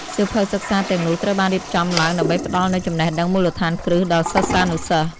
សៀវភៅសិក្សាទាំងនោះត្រូវបានរៀបចំឡើងដើម្បីផ្ដល់នូវចំណេះដឹងមូលដ្ឋានគ្រឹះដល់សិស្សានុសិស្ស។